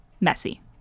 messy